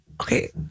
Okay